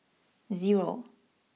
zero